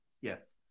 Yes